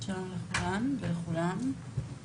שלום לכולן ולכולם.